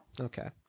Okay